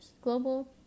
global